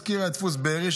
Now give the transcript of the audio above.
אזכיר את דפוס בארי,